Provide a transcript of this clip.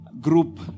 group